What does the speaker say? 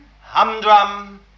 humdrum